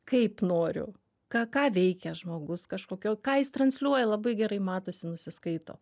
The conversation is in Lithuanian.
kaip noriu ką ką veikia žmogus kažkokio ką jis transliuoja labai gerai matosi nusiskaito